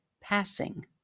passing